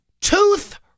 Tooth